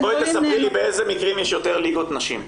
אז בואי תספרי לי באיזה מקרים יש יותר ליגות נשים.